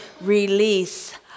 release